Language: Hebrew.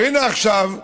והינה עכשיו,